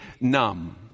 numb